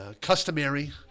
customary